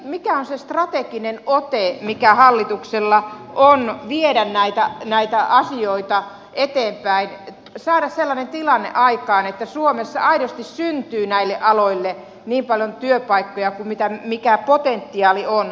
mikä on se strateginen ote mikä hallituksella on viedä näitä asioita eteenpäin ja saada sellainen tilanne aikaan että suomessa aidosti syntyy näille aloille niin paljon työpaikkoja kuin mikä potentiaali on